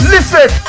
Listen